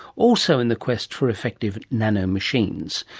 also in the quest for effective nano machines.